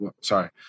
sorry